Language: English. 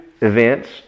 events